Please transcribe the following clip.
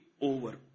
over